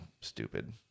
stupid